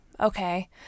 Okay